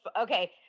okay